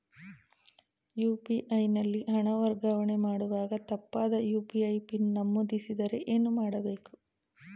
UPI ನಲ್ಲಿ ಹಣ ವರ್ಗಾವಣೆ ಮಾಡುವಾಗ ತಪ್ಪಾದ ಯು.ಪಿ.ಐ ಪಿನ್ ನಮೂದಿಸಿದರೆ ಏನು ಮಾಡಬೇಕು?